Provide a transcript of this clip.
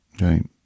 Right